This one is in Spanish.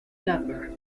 lambert